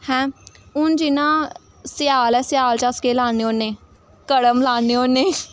हैं हून जिन्नां सेआल ऐ सेआल च अस केह् लान्ने होन्ने कड़म लान्ने होन्ने